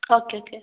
okay okay